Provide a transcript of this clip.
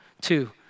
Two